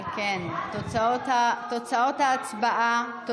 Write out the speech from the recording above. ההצעה להעביר את הנושא לוועדה שתקבע ועדת הכנסת נתקבלה.